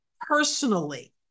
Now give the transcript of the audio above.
personally